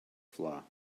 flaw